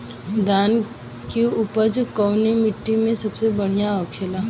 धान की उपज कवने मिट्टी में सबसे बढ़ियां होखेला?